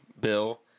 bill